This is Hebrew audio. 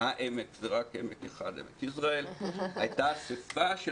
העמק, זה רק עמק אחד עמק יזרעאל, הייתה אספה של